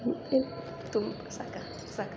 ತುಂಬ ಸಾಕಾ ಸಾಕಾ